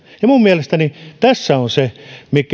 ja tässä on se